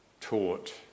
taught